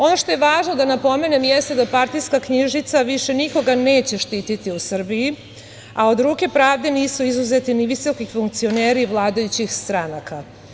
Ono što je važno da napomenem jeste da partijska knjižica više nikoga neće štititi u Srbiji, a od ruke pravde nisu izuzeti ni visoki funkcioneri vladajućih stranaka.